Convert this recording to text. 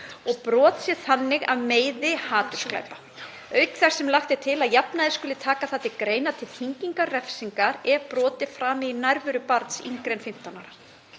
og brot sé þannig af meiði hatursglæpa, auk þess sem lagt er til að að jafnaði skuli taka það til greina til þyngingar refsingar ef brot er framið í nærveru barns yngra en 15 ára.